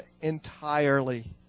entirely